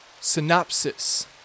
synopsis